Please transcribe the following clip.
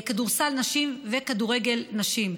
לכדורסל נשים וכדורגל נשים.